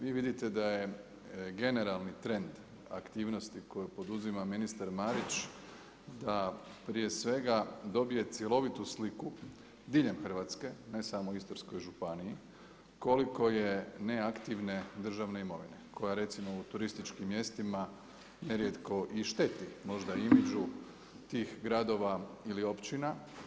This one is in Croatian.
Vi vidite da je generalni trend aktivnosti koju poduzima ministar Marić da prije svega dobije cjelovitu sliku diljem Hrvatske, ne samo u Istarskoj županiji koliko je neaktivne državne imovine koja recimo u turističkim mjestima nerijetko i šteti, možda imageu tih gradova ili općina.